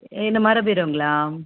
என்ன மர பீரோங்களா